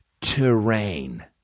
terrain